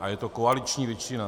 A je to koaliční většina.